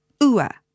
ua